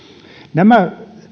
nämä